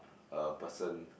a person